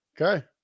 Okay